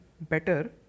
better